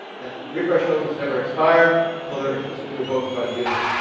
and refresh tokens never expire until they're explicitly revoked by the user.